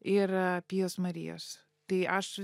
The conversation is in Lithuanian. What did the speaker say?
ir pijos marijos tai aš